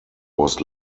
was